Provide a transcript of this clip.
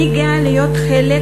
אני גאה להיות חלק